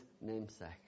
namesake